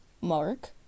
Mark